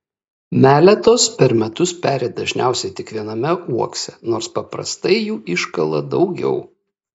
meletos per metus peri dažniausiai tik viename uokse nors paprastai jų iškala daugiau